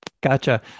Gotcha